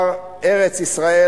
ארץ-ישראל: